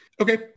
Okay